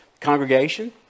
congregation